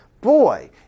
Boy